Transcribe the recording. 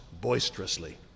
boisterously